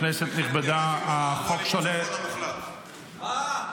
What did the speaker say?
כנסת נכבדה, החוק שעולה --- עד הניצחון המוחלט.